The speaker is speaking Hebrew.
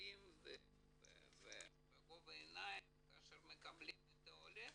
אחרים ובגובה העיניים כאשר מקבלים את העולה,